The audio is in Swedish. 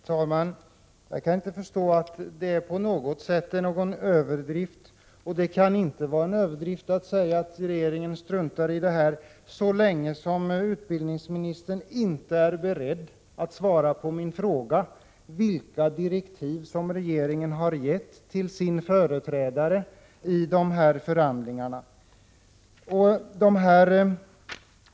Herr talman! Jag kan inte förstå att det på något sätt skulle vara en överdrift att säga att regeringen struntar i det här så länge utbildningsministern inte är beredd att svara på min fråga om vilka direktiv regeringen har gett till sin representant i dessa förhandlingar.